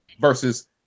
versus